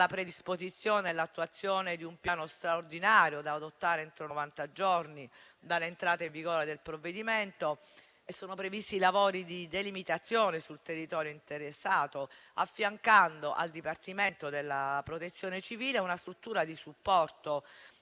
la predisposizione e l'attuazione di un piano straordinario, da adottare entro 90 giorni dall'entrata in vigore del provvedimento, e sono previsti i lavori di delimitazione del territorio interessato, affiancando al Dipartimento della protezione civile una struttura di supporto